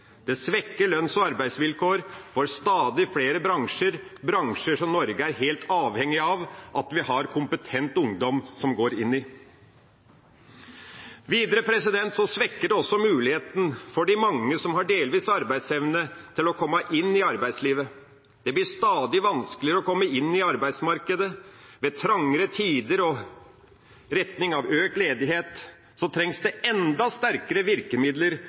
Det svekker lønns- og arbeidsvilkår for stadig flere bransjer, bransjer som vi i Norge er helt avhengig av at kompetent ungdom går inn i. Videre svekker det også muligheten for de mange som har delvis arbeidsevne, til å komme inn i arbeidslivet. Det blir stadig vanskeligere å komme inn i arbeidsmarkedet. Med trangere tider og retning mot økt ledighet trengs det enda sterkere virkemidler